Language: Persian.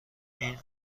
این